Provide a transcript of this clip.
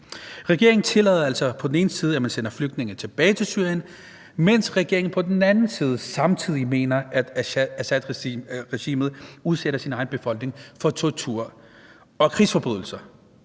Regeringen tillader altså på den ene side, at man sender flygtninge tilbage til Syrien, mens regeringen på den anden side samtidig mener, at Assadregimet udsætter sin egen befolkning for tortur og krigsforbrydelser.